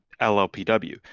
LLPW